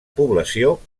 població